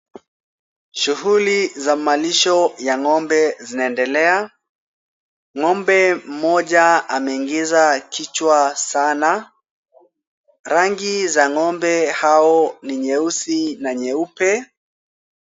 Shughuli ya malisho ya ng'ombe zinaendela.Ng'ombe mmoja ameingiza kichwa sana. Rangi za ng'ombe hao ni nyeusi na nyeupe.